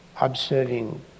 observing